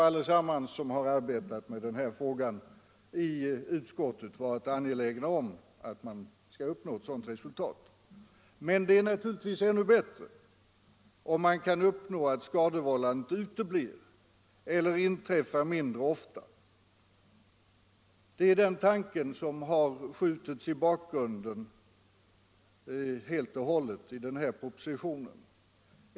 Alla vi som har arbetat med denna fråga i utskottet har varit angelägna om att uppnå det resultatet. Men det är naturligtvis ännu bättre om man kan uppnå att skadevållandet uteblir eller inträffar mindre ofta. Det är den tanken som helt och hållet har skjutits i bakgrunden i propositionen.